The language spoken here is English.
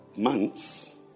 Months